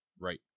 Right